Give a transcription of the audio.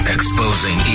Exposing